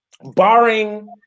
Barring